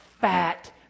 fat